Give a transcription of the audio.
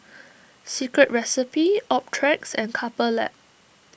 Secret Recipe Optrex and Couple Lab